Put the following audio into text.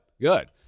good